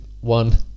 one